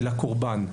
של הקורבן.